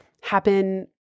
happen